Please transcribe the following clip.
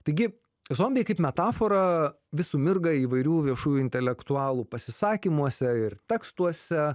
taigi zombiai kaip metafora vis sumirga įvairių viešų intelektualų pasisakymuose ir tekstuose